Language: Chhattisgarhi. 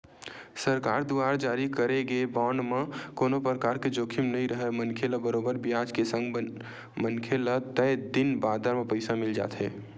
सरकार दुवार जारी करे गे बांड म कोनो परकार के जोखिम नइ राहय मनखे ल बरोबर बियाज के संग मनखे ल तय दिन बादर म पइसा मिल जाथे